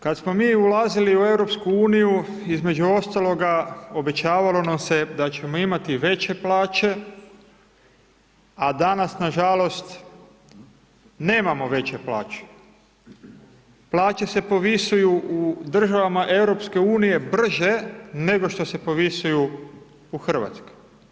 Kad smo mi ulazili u EU između ostaloga obećavalo nam se da ćemo imati veće plaće, a danas nažalost nemamo veće plaće, plaće se povisuju u državama EU brže nego što se povisuju u Hrvatskoj.